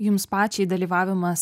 jums pačiai dalyvavimas